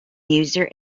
user